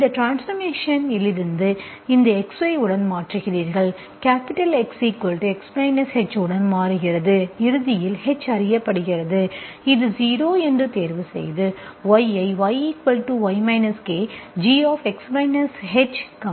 இந்த ட்ரான்ஸ்பார்மேஷன் இல் இருந்து இந்த X Y உடன் மாற்றுகிறீர்கள் கேப்பிடல் X Xx h உடன் மாறுகிறது இறுதியில் h அறியப்படுகிறது இது 0 என்று தேர்வு செய்து Y ஐ Yy k gx hy kC0மாற்றலாம்